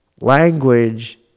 Language